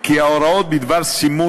כי ההוראות בדבר סימון